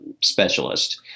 specialist